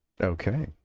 Okay